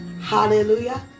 Hallelujah